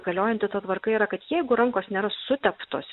galiojanti ta tvarka yra kad jeigu rankos nėra suteptos